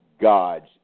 God's